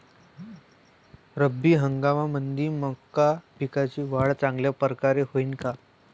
रब्बी हंगामामंदी मका पिकाची वाढ चांगल्या परकारे होईन का?